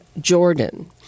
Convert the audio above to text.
Jordan